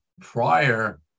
prior